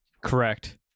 Correct